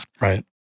Right